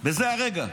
בזה הרגע.